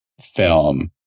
film